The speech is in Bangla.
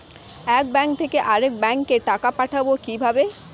এক ব্যাংক থেকে আরেক ব্যাংকে টাকা পাঠাবো কিভাবে?